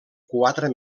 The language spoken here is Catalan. quatre